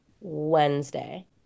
Wednesday